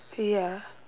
ya